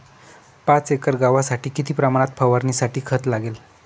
पाच एकर गव्हासाठी किती प्रमाणात फवारणीसाठी खत लागेल?